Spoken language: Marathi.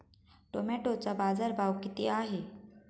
टोमॅटोचा बाजारभाव किती आहे?